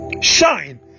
shine